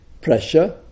pressure